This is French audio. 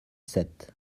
sept